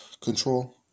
Control